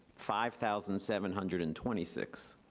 five thousand seven hundred and twenty six.